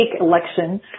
election